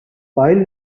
pile